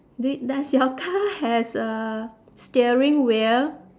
did does your car has a steering wheel